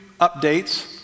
updates